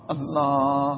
Allah